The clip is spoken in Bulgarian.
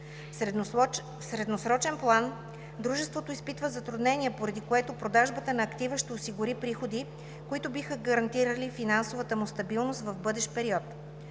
В средносрочен план дружеството изпитва затруднения, поради което продажбата на актива ще осигури приходи, които биха гарантирали финансовата му стабилност в бъдещ период.